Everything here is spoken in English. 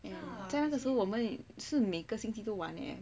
在那个时候我们是每个星期都玩 leh